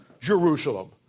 Jerusalem